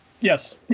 Yes